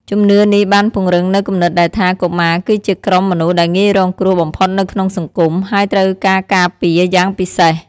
ជំនឿនេះបានពង្រឹងនូវគំនិតដែលថា កុមារគឺជាក្រុមមនុស្សដែលងាយរងគ្រោះបំផុតនៅក្នុងសង្គម ហើយត្រូវការការការពារយ៉ាងពិសេស។